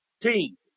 team